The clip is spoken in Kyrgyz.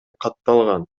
катталган